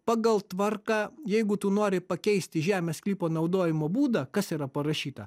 pagal tvarką jeigu tu nori pakeisti žemės sklypo naudojimo būdą kas yra parašyta